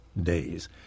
days